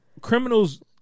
criminals